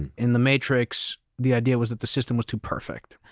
and in the matrix, the idea was that the system was too perfect.